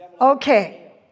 Okay